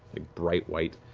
like bright white.